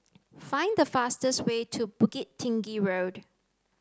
find the fastest way to Bukit Tinggi Road